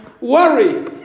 worry